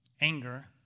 Anger